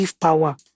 power